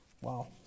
Wow